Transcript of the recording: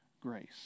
grace